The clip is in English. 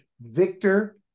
Victor